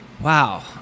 Wow